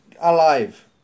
alive